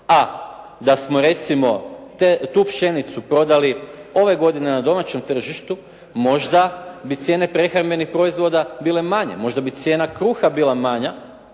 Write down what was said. A da smo recimo tu pšenicu prodali ove godine na domaćem tržištu možda bi cijene prehrambenih proizvoda bile manje, možda bi cijena kruha bila manja.